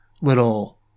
little